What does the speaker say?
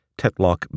Tetlock